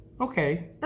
Okay